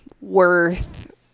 worth